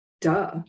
Duh